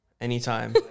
anytime